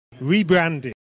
rebranded